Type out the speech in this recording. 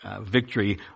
victory